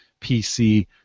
PC